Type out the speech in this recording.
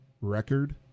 record